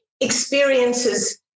experiences